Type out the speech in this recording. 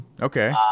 okay